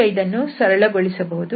ಈಗ ಇದನ್ನು ಸರಳಗೊಳಿಸಬಹುದು